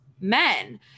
men